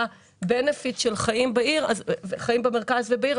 לה מסעדות ואין לה הבנפיט של חיים במרכז ובעיר,